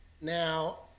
Now